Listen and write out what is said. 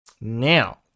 Now